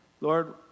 Lord